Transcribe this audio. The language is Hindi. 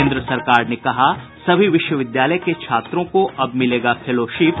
केंद्र सरकार ने कहा सभी विश्वविद्यालय के छात्रों को अब मिलेगा फेलोशिप